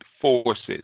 forces